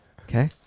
Okay